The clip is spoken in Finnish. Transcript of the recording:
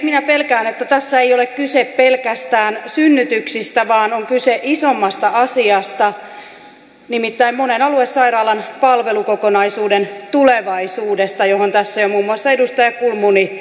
minä pelkään että tässä ei ole kyse pelkästään synnytyksistä vaan on kyse isommasta asiasta nimittäin monen aluesairaalan palvelukokonaisuuden tulevaisuudesta johon tässä jo muun muassa edustaja kulmuni kiinnitti huomiota